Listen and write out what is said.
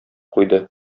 куйды